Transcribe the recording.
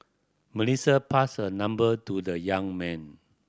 melissa passed her number to the young man